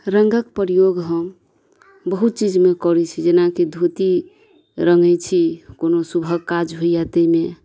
रंगक प्रयोग हम बहुत चीजमे करै छी जेनाकि धोती रंगै छी कोनो शुभ काज होइया ताहिमे